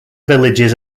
villages